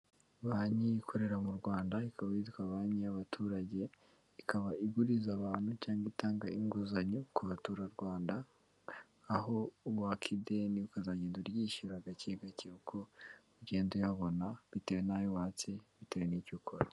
Banki ikorera mu Rwanda, ikaba yitwa banki y'abaturage, ikaba iguriza abantu cyangwa itanga inguzanyo kubatura Rwanda, aho waka ideni, ukazagenda wishyura gake gake uko ugenda uyabona, bitewe n'ayo watse, bitewe n'icyo ukora.